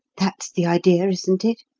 that's the idea, isn't it?